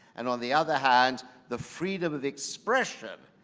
and on the other hand, the freedom of expression,